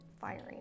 firing